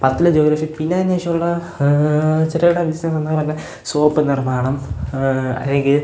പത്തിലെ ജോഗ്രഫി പിന്നെ അതിനുശേഷം ഉള്ള ചെറുകിട ബിസിനസ്സെന്ന് പറഞ്ഞാല് സോപ്പ് നിർമ്മാണം അല്ലെങ്കിൽ